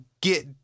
get